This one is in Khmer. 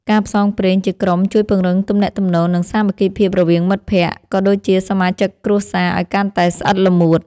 ការផ្សងព្រេងជាក្រុមជួយពង្រឹងទំនាក់ទំនង និងសាមគ្គីភាពរវាងមិត្តភក្តិ ក៏ដូចជាសមាជិកគ្រួសារឱ្យកាន់តែស្អិតល្មួត។